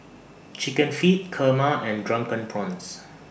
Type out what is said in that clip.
Chicken Feet Kurma and Drunken Prawns